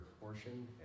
portion